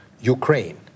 Ukraine